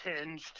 tinged